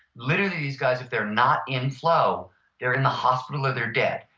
literally these guys if they're not in flow they're in the hospital or they're dead.